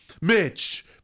Mitch